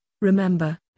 Remember